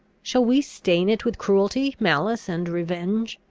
shall we stain it with cruelty, malice, and revenge?